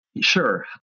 Sure